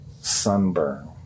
Sunburn